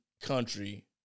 country